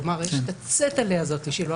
הוא אמר: יש את הצטלה שלו,